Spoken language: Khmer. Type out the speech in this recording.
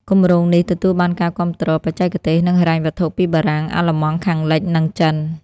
គម្រោងនេះទទួលបានការគាំទ្របច្ចេកទេស និងហិរញ្ញវត្ថុពីបារាំង អាល្លឺម៉ង់ខាងលិច និងចិន។